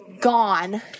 gone